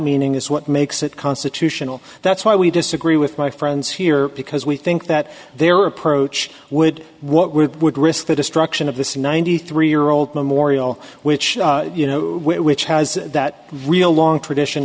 meaning is what makes it constitutional that's why we disagree with my friends here because we think that their approach would what would would risk the destruction of this ninety three year old memorial which you know which has that real long tradition